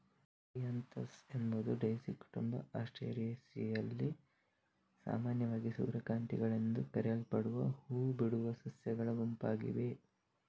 Helianthus ಎಂಬುದು daisy ಕುಟುಂಬ ಆಸ್ಟರೇಸಿಯಲ್ಲಿ ಸಾಮಾನ್ಯವಾಗಿ ಸೂರ್ಯಕಾಂತಿಗಳೆಂದು ಕರೆಯಲ್ಪಡುವ ಹೂ ಬಿಡುವ ಸಸ್ಯಗಳ ಗುಂಪಾಗಿದೆ